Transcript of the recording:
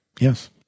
Yes